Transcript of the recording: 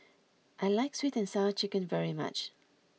I like Sweet and Sour Chicken very much